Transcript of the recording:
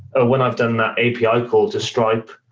oh, when i've done that api ah call to stripe,